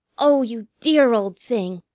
oh, you dear old thing!